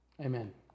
Amen